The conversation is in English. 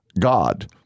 God